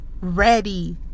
ready